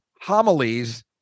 homilies